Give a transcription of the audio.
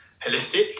holistic